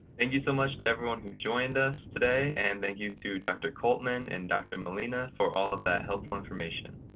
and you so much to everyone who joined us today and thank you to dr. coltman and dr. molina for all of that helpful information.